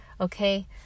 Okay